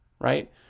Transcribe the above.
right